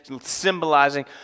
symbolizing